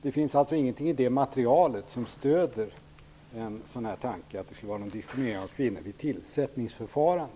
Det finns alltså ingenting i det materialet som stöder en tanke att det skulle vara en diskriminering av kvinnor vid tillsättningsförfarande.